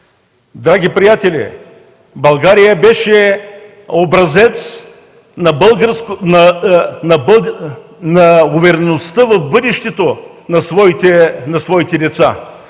Драги приятели, България беше образец на увереността в бъдещето на своите деца.